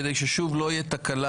כדי ששוב לא תהיה תקלה.